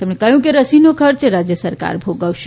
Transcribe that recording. તેમણે કહ્યું કે રસીનો ખર્ચ રાજ્ય સરકાર ભોગવશે